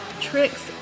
tricks